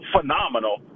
phenomenal